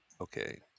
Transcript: Okay